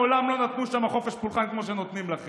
מעולם לא נתנו שם חופש פולחן כמו שנותנים לכם.